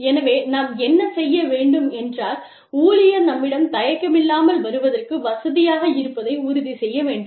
எனவே நாம் என்ன செய்ய வேண்டும் என்றால் ஊழியர் நம்மிடம் தயக்கமில்லாமல் வருவதற்கு வசதியாக இருப்பதை உறுதி செய்ய வேண்டும்